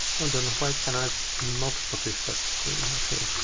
and and why can i not focus that screen?